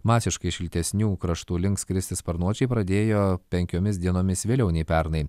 masiškai šiltesnių kraštų link skristi sparnuočiai pradėjo penkiomis dienomis vėliau nei pernai